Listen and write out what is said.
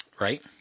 Right